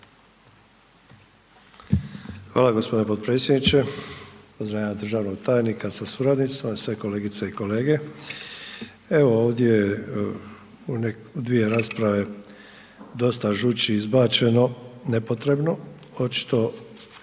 Hvala gospodine potpredsjedniče. Pozdravljam državnog tajnika sa suradnicom i sve kolegice i kolege, evo ovdje je u dvije rasprave dosta žući izbačeno nepotrebno. Očito